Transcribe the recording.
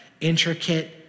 intricate